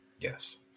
Yes